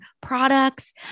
products